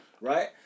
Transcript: right